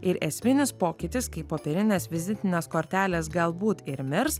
ir esminis pokytis kai popierinės vizitinės kortelės galbūt ir mirs